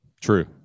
True